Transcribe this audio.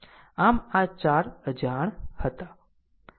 આમ આ 4 અજાણ હતા